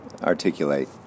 articulate